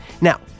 Now